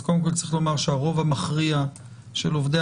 אז קודם כל צריך לומר שהרוב המכריע של עובדי